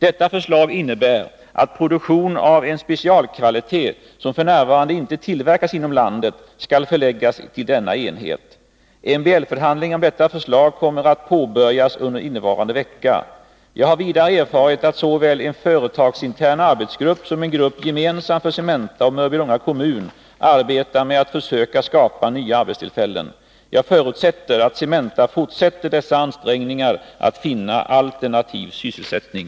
Detta förslag innebär att produktion av en specialkvalitet som f. n. inte tillverkas inom landet skall förläggas till denna enhet. MBL-förhandlingar om detta förslag kommer att påbörjas under innevarande vecka. Jag har vidare erfarit att såväl en företagsintern arbetsgrupp som en grupp gemensam för Cementa och Mörbylånga kommun arbetar med att försöka skapa nya arbetstillfällen. Jag förutsätter att Cementa fortsätter dessa ansträngningar att finna alternativ sysselsättning.